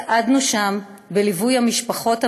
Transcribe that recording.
צעדנו שם, בליווי המשפחות,